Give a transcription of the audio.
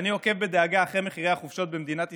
אני עוקב בדאגה אחרי מחירי החופשות במדינת ישראל,